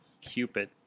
Cupid